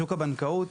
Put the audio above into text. שוק הבנקאות.